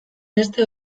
beste